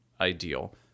ideal